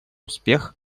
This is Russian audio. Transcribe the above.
успех